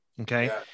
Okay